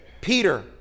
Peter